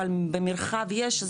אבל במרחב יש,